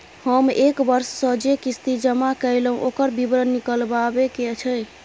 हम एक वर्ष स जे किस्ती जमा कैलौ, ओकर विवरण निकलवाबे के छै?